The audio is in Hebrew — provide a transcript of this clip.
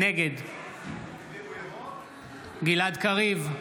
נגד גלעד קריב,